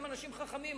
הם אנשים חכמים,